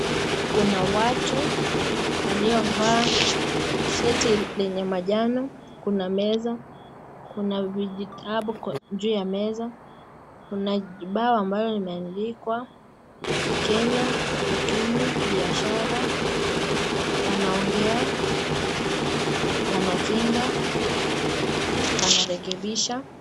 Kuna watu waliovaa sheti lenye manjano, kuna meza, kuna vijitabu juu ya meza, kuna kijibao ambalo limeandikwa "KENYA UKIMWI BIASHARA" wanaongea, wanakinga ,wanarekebisha